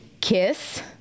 kiss